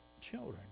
children